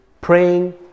praying